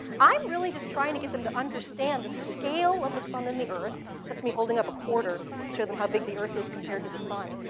i'm really just trying to get them to understand the scale of the sun and the earth. that's me holding up a quarter to show them how big the earth is compared to the sun.